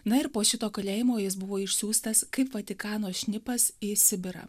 na ir po šito kalėjimo jis buvo išsiųstas kaip vatikano šnipas į sibirą